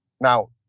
now